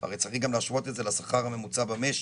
הרי צריך גם להשוות את זה גם לשכר הממוצע במשק.